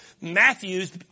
Matthew's